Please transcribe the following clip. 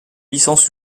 licence